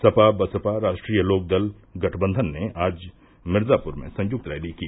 सपा बसपा राष्ट्रीय लोकदल गठबंधन ने आज मिर्जापुर में संयुक्त रैली की